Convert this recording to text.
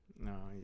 no